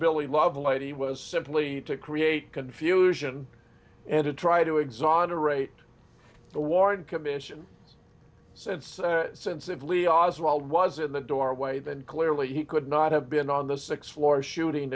billy lovelady was simply to create confusion and to try to exonerate the warren commission since since it lee oswald was in the doorway then clearly he could not have been on the sixth floor shooting